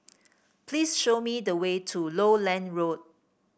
please show me the way to Lowland Road